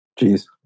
Jeez